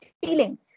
feeling